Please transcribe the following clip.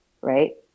right